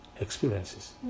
experiences